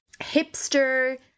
hipster